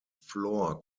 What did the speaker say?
floor